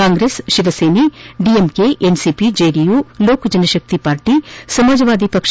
Congress Shiv Sena DMK NCP JDU Lok Janshakti party Samajwadi ಪಕ್ಷ